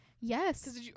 Yes